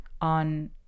on